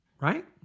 right